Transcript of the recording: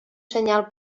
senyal